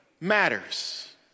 matters